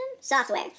software